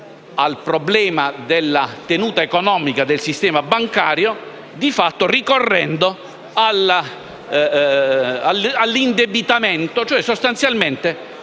Grazie,